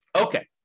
Okay